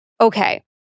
okay